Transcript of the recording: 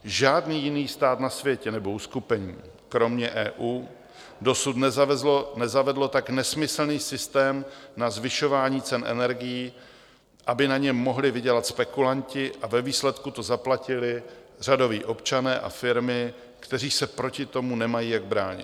Žádný jiný stát na světě nebo uskupení, kromě EU, dosud nezavedlo tak nesmyslný systém na zvyšování cen energií, aby na něm mohli vydělat spekulanti a ve výsledku to zaplatili řadoví občané a firmy, kteří se proti tomu nemají jak bránit.